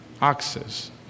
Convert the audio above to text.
access